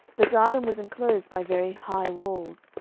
the garden was enclosed by very high walls.